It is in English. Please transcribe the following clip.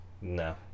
No